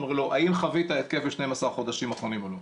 ואומר לו: האם חווית התקף ב-12 החודשים האחרונים או לא.